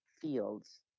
Fields